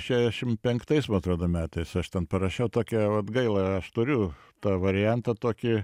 šešiasšim penktais man atrodo metais aš ten parašiau tokią vat gaila aš turiu tą variantą tokį